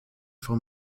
for